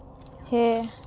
ᱦᱮᱸ